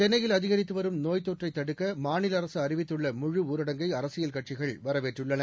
சென்னையில் அதிகரித்துவரும் நோய் தொற்றைத் தடுக்க மாநில அரசு அறிவித்துள்ள முழுஊரடங்கை அரசியல் கட்சிகள் வரவேற்றுள்ளன